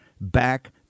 Back